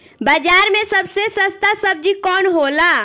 बाजार मे सबसे सस्ता सबजी कौन होला?